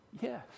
yes